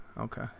okay